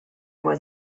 was